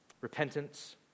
repentance